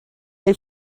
they